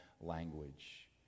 language